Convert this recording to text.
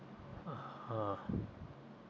(uh huh)